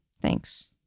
thanks